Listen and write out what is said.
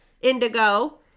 indigo